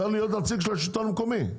צריך להיות נציג של השלטון המקומי,